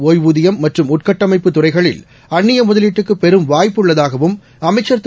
ஒய்வூதியம் மற்றும் உள்கட்டமைப்பு துறைகளில் அந்நியமுதலீட்டுக்குபெரும் வாய்ப்பு உள்ளதாகவும் அமைச்சர் திரு